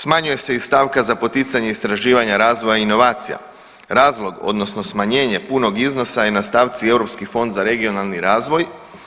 Smanjuje se i stavka za poticanje istraživanja razvoja inovacija, razlog odnosno smanjenje punog iznosa je na stavci Europski fond za regionalni razvoj.